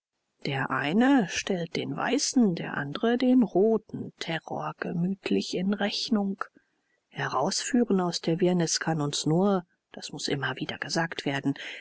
der eine stellt den weißen der andere den roten terror gemütlich in rechnung herausführen aus der wirrnis kann uns nur das muß immer wieder gesagt werden